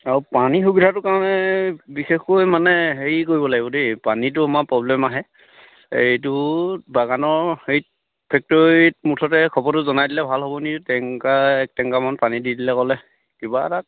আৰু পানীৰ সুবিধাটো কাৰণে বিশেষকৈ মানে হেৰি কৰিব লাগিব দেই পানীটো আমাৰ প্ৰব্লেম আহে এইটো বাগানৰ হেৰিত ফেক্টৰীত মুঠতে খবৰটো জনাই দিলে ভাল হ'বনি টেংকাৰ এক টেংকাৰমান পানী দি দিবলৈ ক'লে কিবা এটা